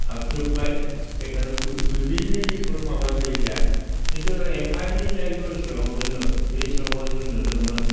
हाबजोब्बाय बेखायनो बिनि जेफोर माबा गैलिया खिन्थु एफा एनै जाय गोसोआव दोङो बे समाव जों नुदोंमोन